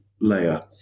layer